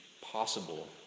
Possible